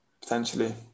Potentially